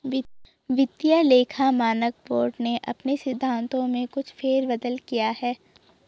वित्तीय लेखा मानक बोर्ड ने अपने सिद्धांतों में कुछ फेर बदल किया है